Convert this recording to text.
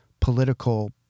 political